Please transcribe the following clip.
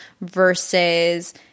versus